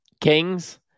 kings